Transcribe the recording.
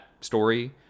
story